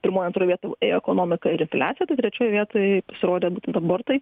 pirmoj antroj vietoj ėjo ekonomika ir infliacija tai trečioj vietoj pasirodė būtent abortai